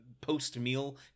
post-meal